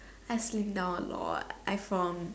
I slimmed down a lot I from